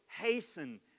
Hasten